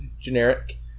generic